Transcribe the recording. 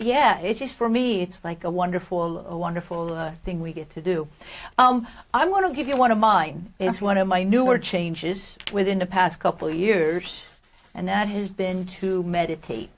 yeah it's just for me it's like a wonderful wonderful thing we get to do i want to give you one of mine it's one of my newer changes within the past couple years and that has been to meditate